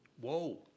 Whoa